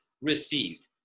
received